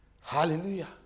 Hallelujah